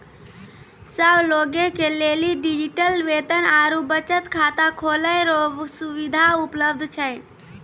सब लोगे के लेली डिजिटल वेतन आरू बचत खाता खोलै रो सुविधा उपलब्ध छै